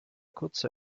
kurze